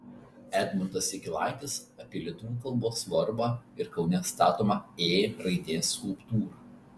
edmundas jakilaitis apie lietuvių kalbos svarbą ir kaune statomą ė raidės skulptūrą